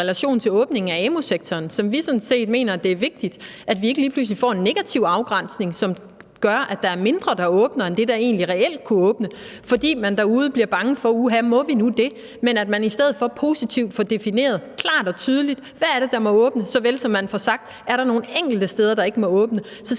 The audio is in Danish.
relation til åbningen af amu-sektoren, hvor vi sådan set mener, det er vigtigt, at vi ikke lige pludselig får en negativ afgrænsning, som gør, at der er mindre, der åbner, end det, der egentlig reelt kunne åbne, fordi man derude bliver bange og siger: Uha, må vi nu det? Det er vigtigt, at man i stedet for positivt får defineret klart og tydeligt, hvad det er, der må åbne, såvel som man får sagt, om der er nogle enkelte steder, der ikke må åbne; så det